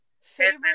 favorite